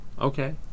Okay